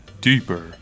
deeper